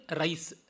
rice